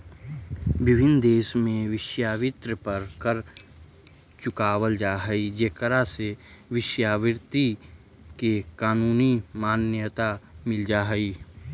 विभिन्न देश में वेश्यावृत्ति पर कर चुकावल जा हई जेकरा से वेश्यावृत्ति के कानूनी मान्यता मिल जा हई